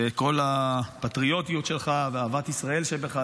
וכל הפטריוטיות שלך ואהבת ישראל שבך,